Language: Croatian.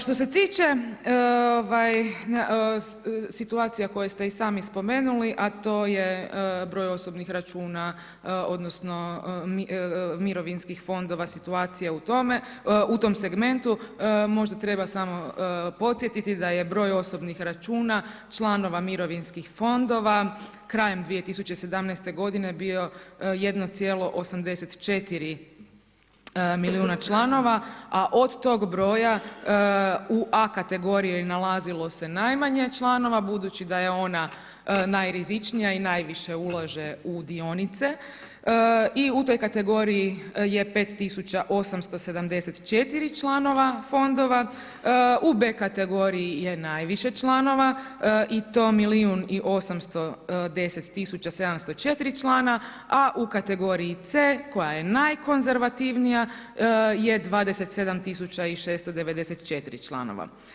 Što se tiče situacija koje ste i sami spomenuli, a to je broj osobnih računa, odnosno mirovinskih fondova, situacija u tome segmentu, možda treba samo podsjetiti da je broj osobnih računa članova mirovinskih fondova krajem 2017. godine bio 1,84 milijuna članova, a od tog broja u A kategoriji nalazilo se najmanje članova, budući da je ona najrizičnija i najviše ulaže u dionice i u toj kategoriji je 5874 članova fondova, u B kategoriji je najviše članova i to milijun i 810 704 člana, a u kategoriji C koja je najkonzervativnija je 27 694 članova.